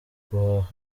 guhaha